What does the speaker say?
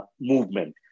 movement